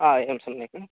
एवं सम्यक्